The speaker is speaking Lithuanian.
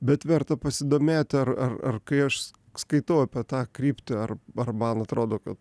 bet verta pasidomėti ar ar ar kai aš skaitau apie tą kryptį ar ar man atrodo kad